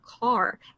car